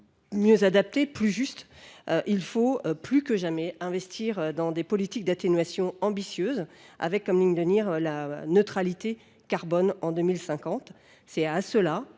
mieux adapté et plus juste, il importe, plus que jamais, d’investir dans des politiques d’atténuation ambitieuses, avec comme ligne de mire la neutralité carbone en 2050. C’est ainsi,